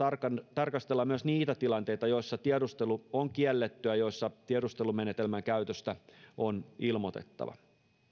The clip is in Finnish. tarkastellaan myös niitä tilanteita joissa tiedustelu on kiellettyä ja joissa tiedustelumenetelmän käytöstä on ilmoitettava